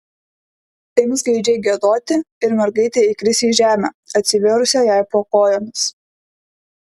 ims gaidžiai giedoti ir mergaitė įkris į žemę atsivėrusią jai po kojomis